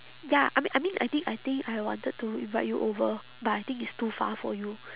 ya I mean I mean I think I think I wanted to invite you over but I think it's too far for you